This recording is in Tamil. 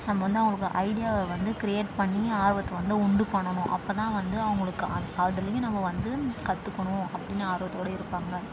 நம்ம வந்து அவர்களுக்கு ஐடியாவை வந்து க்ரியேட் பண்ணி ஆர்வத்தை வந்து உண்டு பண்ணணும் அப்போதான் வந்து அவர்களுக்கு ஆ அதுலேயும் நம்ம வந்து கற்றுக்கணும் அப்படின்னு ஆர்வத்தோடு இருப்பாங்க